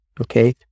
Okay